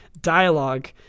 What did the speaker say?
dialogue